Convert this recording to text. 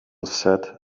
said